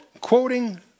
quoting